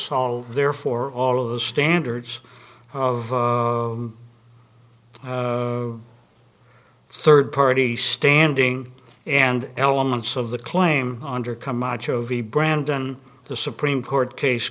all there for all of the standards of third party standing and elements of the claim under camacho v brandon the supreme court case